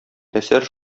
әсәр